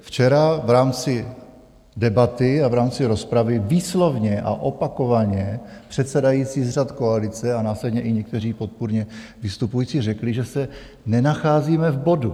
Včera v rámci debaty a v rámci rozpravy výslovně a opakovaně předsedající z řad koalice a následně i někteří podpůrně vystupující řekli, že se nenacházíme v bodu.